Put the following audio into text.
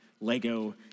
Lego